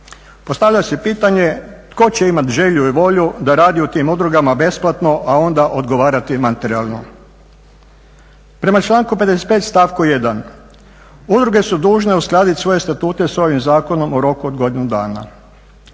Postavlja se pitanje tko će imati želju i volju da radi u tim udrugama besplatno, a onda odgovarati materijalno. Prema članku 55. stavku 1. udruge su dužne uskladiti svoje statute sa ovim zakonom u roku od godinu dana.